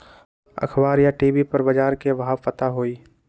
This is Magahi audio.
अखबार या टी.वी पर बजार के भाव पता होई?